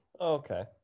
okay